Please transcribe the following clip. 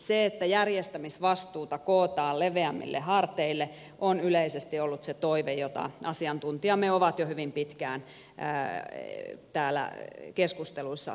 se että järjestämisvastuuta kootaan leveämmille harteille on yleisesti ollut se toive jota asiantuntijamme ovat jo hyvin pitkään täällä keskusteluissa toivoneet